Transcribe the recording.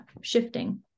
shifting